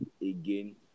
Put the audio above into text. again